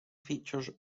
features